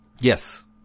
Yes